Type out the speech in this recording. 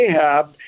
ahab